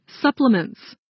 supplements